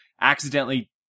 accidentally